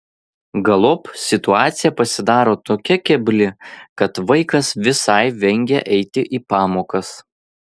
galop situacija pasidaro tokia kebli kad vaikas visai vengia eiti į pamokas